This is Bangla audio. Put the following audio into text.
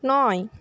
নয়